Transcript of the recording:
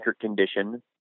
condition